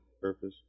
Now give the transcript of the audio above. purpose